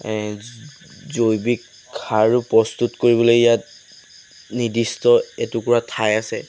জৈৱিক সাৰো প্ৰস্তুত কৰিবলৈ ইয়াত নিৰ্দিষ্ট এটুকুৰা ঠাই আছে